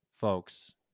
Folks